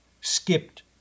skipped